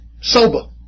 Sober